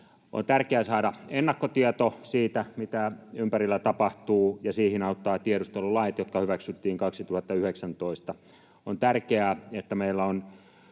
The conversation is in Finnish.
On tärkeää saada ennakkotieto siitä, mitä ympärillä tapahtuu, ja siihen auttavat tiedustelulait, jotka hyväksyttiin 2019. On tärkeää, että meillä on